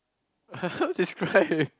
how to describe it